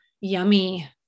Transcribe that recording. yummy